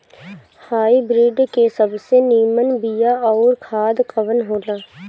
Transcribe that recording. Hybrid के सबसे नीमन बीया अउर खाद कवन हो ला?